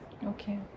okay